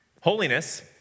Holiness